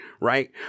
right